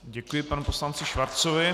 Děkuji panu poslanci Schwarzovi.